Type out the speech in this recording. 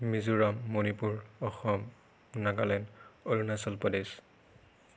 Mizoram Manipur Assam Nagaland Arunachal Pradesh